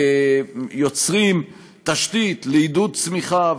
יוצרים תשתית לעידוד צמיחה,